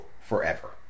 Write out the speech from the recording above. forever